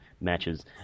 matches